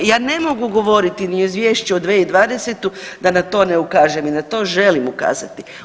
Ja ne mogu govoriti ni o izvješću o 2020. da na to ne ukažem i na to želim ukazati.